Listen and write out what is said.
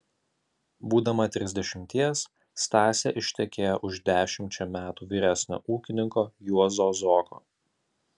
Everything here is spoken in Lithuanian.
būdama trisdešimties stasė ištekėjo už dešimčia metų vyresnio ūkininko juozo zoko